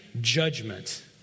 judgment